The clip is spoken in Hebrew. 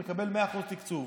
מקבל 100% תקצוב.